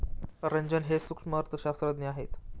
रंजन हे सूक्ष्म अर्थशास्त्रज्ञ आहेत